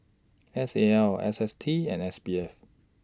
S A L S S T and S B F